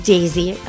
Daisy